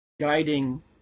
guiding